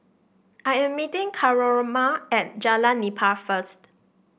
I am meeting Coraima at Jalan Nipah first